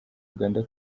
uganda